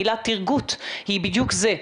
המילה טרגוט היא בדיוק זה.